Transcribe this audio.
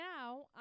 now